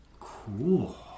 Cool